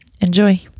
enjoy